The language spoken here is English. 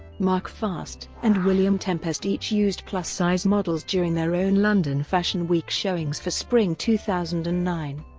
mark fast and william tempest each used plus-size models during their own london fashion week showings for spring two thousand and nine,